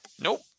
Nope